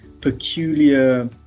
peculiar